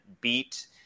beat